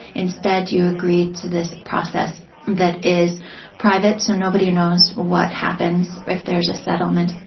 instead you agree to this process that is private so nobody knows what happens if there is a settlement.